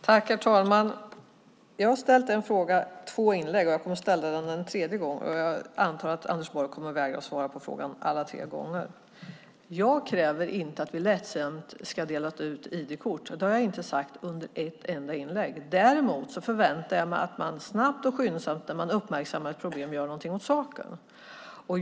Herr talman! Jag har ställt en fråga i två inlägg och kommer att ställa den en tredje gång, och jag antar att Anders Borg vägrar att svara på frågan alla tre gångerna. Jag kräver inte att det lättvindigt ska delas ut ID-kort. Det har jag inte sagt i ett enda inlägg. Däremot förväntar jag att man snabbt och skyndsamt när man uppmärksammar ett problem gör någonting åt saken.